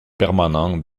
permanent